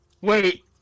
Wait